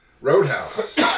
Roadhouse